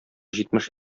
җитмеш